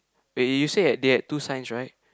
wait you said they had two signs right